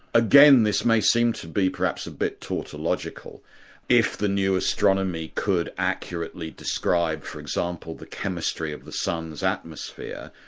again this may seem to be perhaps bit tautological if the new astronomy could accurately describe for example, the chemistry of the sun's atmosphere,